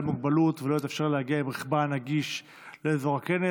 מוגבלות ולא התאפשר לה להגיע עם רכבה הנגיש לאזור הכנס.